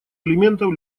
элементов